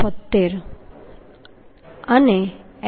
An 776 હશે